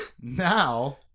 Now